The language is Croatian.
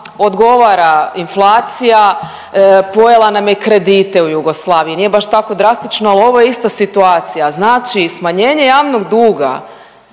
odgovara inflacija, pojela nam je kredite u Jugoslaviji, nije baš tako drastično, ali ovo je ista situacija, znači i smanjenje javnog duga